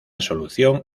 solución